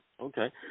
okay